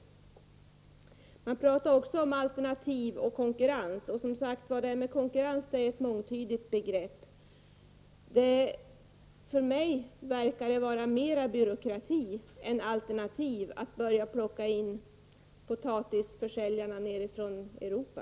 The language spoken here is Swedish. Man pratar också om alternativ och konkurrens, och konkurrens är som sagt ett mångtydigt begrepp. För mig verkar det vara mera byråkrati än alternativ att börja plocka in potatisförsäljarna nere från Europa.